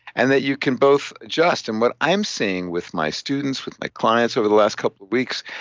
and that you can both adjust and what i'm seeing with my students, with my clients over the last couple weeks,